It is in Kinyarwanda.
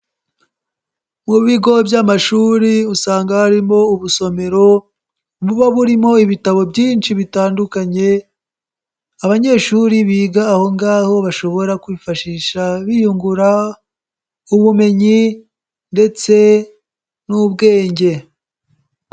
Mu bigo by'amashuri usanga harimo ubusomero buba burimo ibitabo byinshi bitandukanye, abanyeshuri biga aho ngaho bashobora kwifashisha biyungura ubumenyi ndetse n'ubwenge.